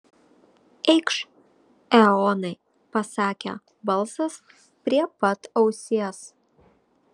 eikš eonai pasakė balsas prie pat ausies